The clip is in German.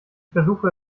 versuche